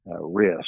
risk